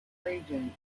region